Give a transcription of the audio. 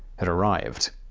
had arrived.